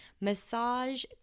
massage